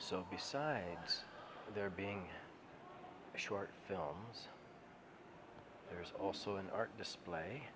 i besides there being short films there's also an arc display